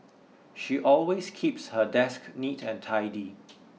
she always keeps her desk neat and tidy